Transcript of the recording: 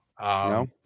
No